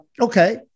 okay